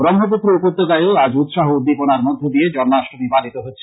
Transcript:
ব্রহ্মপুত্র উপত্যকায়ও আজ উৎসাহ উদ্দীপনার মধ্য দিয়ে জন্মাষ্টমী পালিত হচ্ছে